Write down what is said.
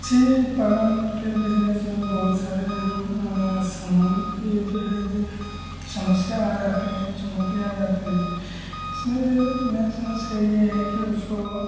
पक्षी पालन के बिजनेस में बहुत सारे हम सामान यह जो है जो समस्या आ जाती है चुनौती आ जाते हैं इसमें हमारी समस्या यह है कि उसको